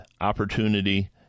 opportunity